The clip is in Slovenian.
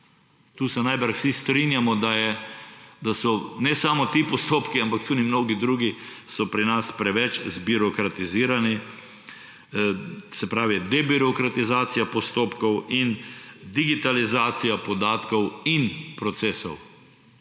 Tu se najbrž vsi strinjamo, da so ne samo ti postopki, ampak tudi mnogi drugi pri nas preveč zbirokratizirani. Se pravi, debirokratizacija postopkov in digitalizacija podatkov in procesov.